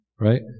Right